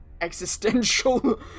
existential